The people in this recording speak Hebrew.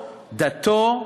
דתו,